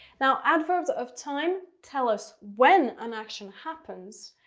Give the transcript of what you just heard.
now adverbs of time tell us when an action happens,